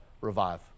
Revive